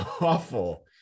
awful